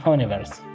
Universe